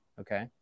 Okay